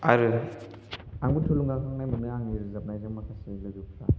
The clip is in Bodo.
आरो आंबो थुलुंगाखांनाय मोनो आंनि रोजाबनायजों माखासे लोगोफ्रा